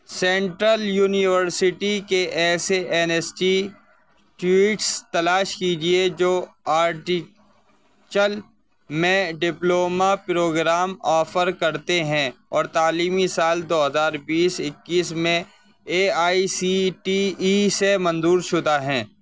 central university کے ایسے institutes تلاش کیجیے جو میں ڈپلومہ پروگرام آفر کرتے ہیں اور تعلیمی سال دو ہزار بیس اکیس میں A I C T E سے منظور شدہ ہیں